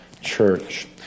church